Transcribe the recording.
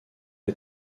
les